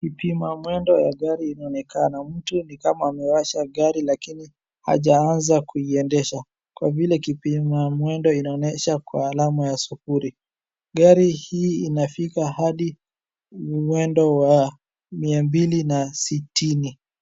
Kipima mwendo ya gari inaonekana. Mtu ni kama amewasha gari lakini hajaanza kuiendesha, kwa vile kipima mwendo inaonyesha kwa alama ya sufuri. Gari hii inafika hadi mwendo wa mia mbili na sitini.